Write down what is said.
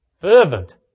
Fervent